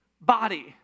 body